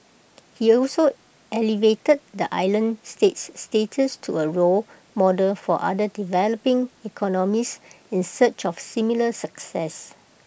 he also elevated the island state's status to A role model for other developing economies in search of similar success